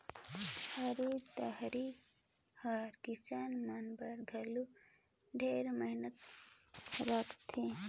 होरी तिहार हर किसान मन बर घलो ढेरे महत्ता रखथे